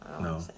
No